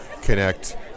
connect